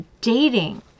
dating